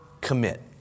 commit